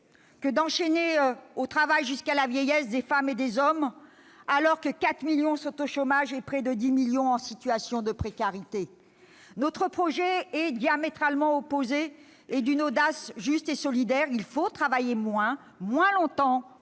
que d'enchaîner au travail des femmes et des hommes jusqu'à la vieillesse, alors que 4 millions de personnes sont au chômage et près de 10 millions en situation de précarité ! Notre projet est diamétralement opposé et d'une audace juste et solidaire : il faut travailler moins, moins longtemps